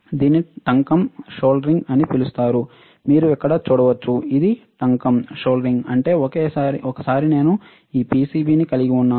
దీనిని టంకం అని పిలుస్తారు మీరు ఇక్కడ చూడవచ్చు అది టంకము అంటే ఒకసారి నేను ఈ పిసిబిని కలిగి ఉన్నాను